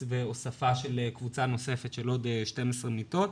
והוספה של קבוצה נוספת של עוד 12 מיטות.